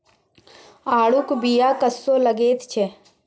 आड़ूक बीया कस्सो लगैत छै